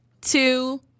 two